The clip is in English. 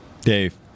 Dave